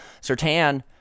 Sertan